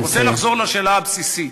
אני רוצה לחזור לשאלה הבסיסית: